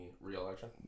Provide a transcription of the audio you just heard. re-election